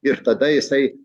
ir tada jisai